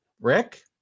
Rick